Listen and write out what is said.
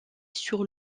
sur